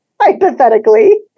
hypothetically